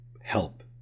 help